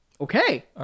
okay